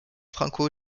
franco